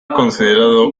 considerado